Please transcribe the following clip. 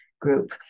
group